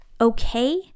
Okay